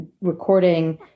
recording